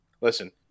listen